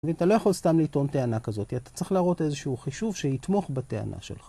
נגיד אתה לא יכול סתם לטעון טענה כזאת, אתה צריך להראות איזשהו חישוב שיתמוך בטענה שלך.